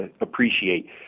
appreciate